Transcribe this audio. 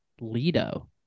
Lido